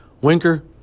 Winker